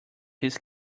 his